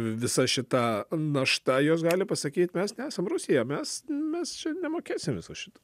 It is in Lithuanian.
visa šita našta jos gali pasakyt mes nesam rusija mes mes čia nemokėsim viso šito